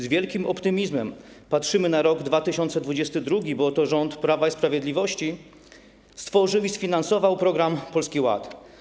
Z wielkim optymizmem patrzymy na rok 2022, bo to rząd Prawa i Sprawiedliwości stworzył i sfinansował program Polski Ład.